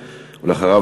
ואחריו,